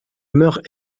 meurt